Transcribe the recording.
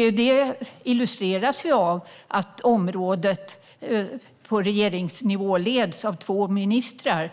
Detta illustreras av att området på regeringsnivå leds av två ministrar.